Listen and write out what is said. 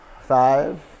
Five